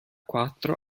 quattro